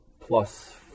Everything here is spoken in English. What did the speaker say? plus